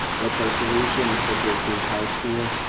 what's our solution? it's the thirteenth high school.